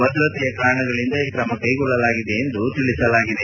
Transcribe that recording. ಭದ್ರತೆಯ ಕಾರಣಗಳಿಂದ ಈ ಕ್ರಮ ಕೈಗೊಳ್ಳಲಾಗಿದೆ ಎಂದು ತಿಳಿಸಲಾಗಿದೆ